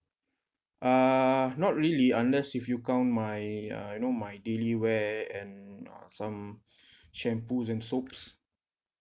uh not really unless if you count my uh you know my daily wear and uh some shampoo and soaps